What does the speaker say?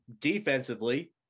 defensively